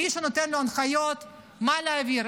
מי שנותן לו הנחיות מה להעביר,